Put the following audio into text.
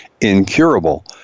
incurable